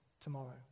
tomorrow